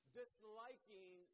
disliking